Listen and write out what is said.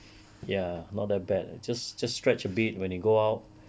ya not that bad just just stretch a bit when you go out